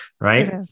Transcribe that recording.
right